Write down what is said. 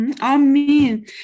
Amen